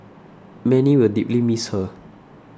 many will deeply miss her